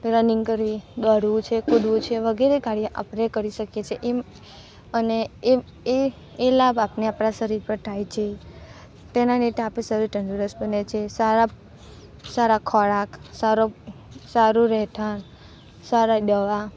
running કરવી દોડવું છે કૂદવું છે વગેરે કાર્ય આપણે કરી શકીએ છીએ એમ અને એ એ લાભ આપને આપણાં શરીર પર થાય છે તેના લીધે આપણું શરીર તંદુરસ્ત બને છે સારા સારા ખોરાક સારો સારું રહેઠાણ સારા દવા